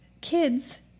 kids